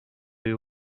you